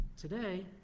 Today